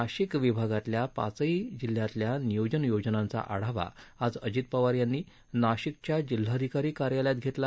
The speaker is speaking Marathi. नाशिक विभागातील पाचही जिल्ह्यातील नियोजन योजनांचा आढावा आज अजित पवार यांनी नाशिकच्या जिल्हाधिकारी कार्यालयात घेतला